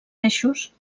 eixos